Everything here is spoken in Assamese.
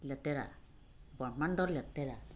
লেতেৰা ব্ৰহ্মাণ্ডৰ লেতেৰা